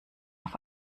auf